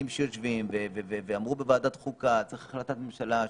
שיושבים ואמרו בוועדת החוקה שצריך החלטת ממשלה,